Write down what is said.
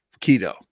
keto